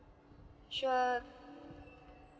sure